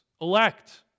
elect